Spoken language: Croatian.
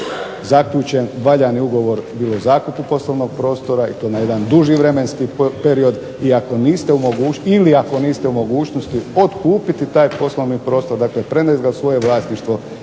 zaključen valjani bilo o zakupu poslovnog prostora i to na jedan duži vremenski period ili ako niste u mogućnosti otkupiti taj poslovni prostor, dakle, prenijeti ga u svoje vlasništvo